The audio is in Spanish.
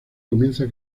comienza